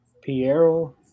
Piero